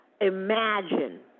imagine